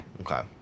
Okay